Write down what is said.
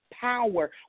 power